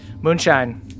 Moonshine